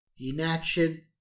inaction